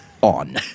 on